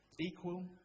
Equal